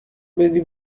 بدی